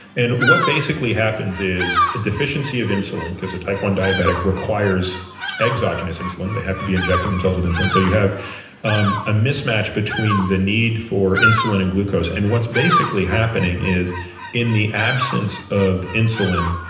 and what basically happens is a deficiency of insulin because a type one diabetic requires exogenous insulin. they have to be injecting themselves with insulin. so you have um a miss match between the need for insulin and glucose. and what's basically happening is in the absence of insulin,